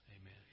amen